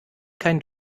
keinen